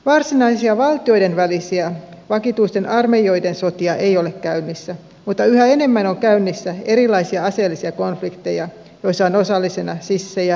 varsinaisia valtioiden välisiä vakituisten armeijoiden sotia ei ole käynnissä mutta yhä enemmän on käynnissä erilaisia aseellisia konflikteja joissa on osallisena sissejä vapaustaistelijoita ja terroristeja